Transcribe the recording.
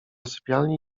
sypialni